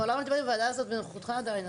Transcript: אני אף פעם לא עמדתי בוועדה הזאת בנוכחותך עדיין,